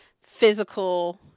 physical